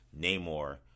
namor